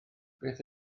beth